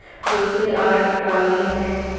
دوسری آرٹ قالین ہے